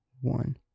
one